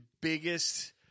biggest